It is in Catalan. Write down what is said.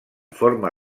forma